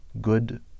good